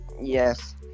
Yes